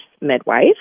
midwife